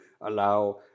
allow